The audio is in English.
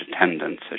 attendance